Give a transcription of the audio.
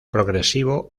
progresivo